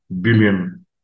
billion